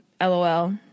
LOL